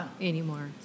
anymore